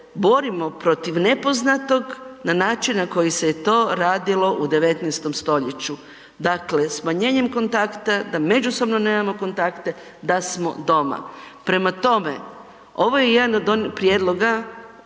borimo protiv nepoznatog na način na koji se je to radilo u 19. stoljeću. Dakle, smanjenjem kontakta, da međusobno nemamo kontakte, da smo doma. Prema tome, ovo je jedan od prijedloga